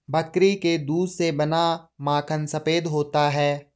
बकरी के दूध से बना माखन सफेद होता है